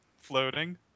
floating